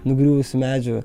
nugriuvusių medžių